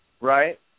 Right